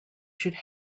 should